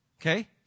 Okay